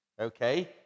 okay